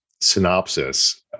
synopsis